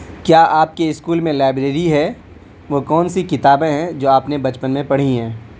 کیا آپ کے اسکول میں لائبریری ہے وہ کون سی کتابیں ہیں جو آپ نے بچپن میں پڑھی ہیں